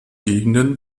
gegenden